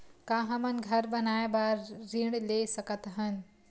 का हमन घर बनाए बार ऋण ले सकत हन?